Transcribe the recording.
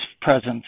presence